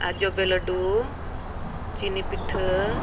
ᱟᱨ ᱡᱚᱵᱮ ᱞᱟᱹᱰᱩ ᱪᱤᱱᱤ ᱯᱤᱴᱷᱟᱹ